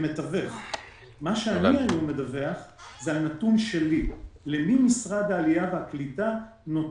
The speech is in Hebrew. מה שאני היום מדווח זה למשרד העלייה והקליטה.